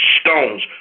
stones